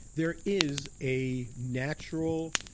there is a natural,